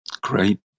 Great